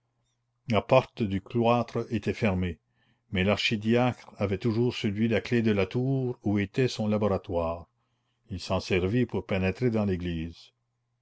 la porte du cloître était fermée mais l'archidiacre avait toujours sur lui la clef de la tour où était son laboratoire il s'en servit pour pénétrer dans l'église